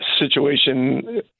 situation